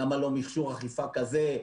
למה לא מכשור אכיפה כזה,